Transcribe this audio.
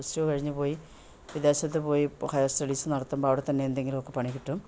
plus two കഴിഞ്ഞു പോയി വിദേശത്ത് പോയി ഹയർ സ്റ്റഡീസ് നടത്തുമ്പോൾ അവിടെ തന്നെ എന്തെങ്കിലുമൊക്കെ പണി കിട്ടും